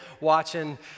watching